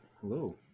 Hello